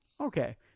okay